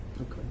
Okay